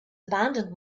abandoned